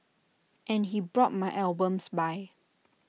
and he brought my albums by